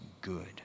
good